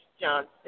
Johnson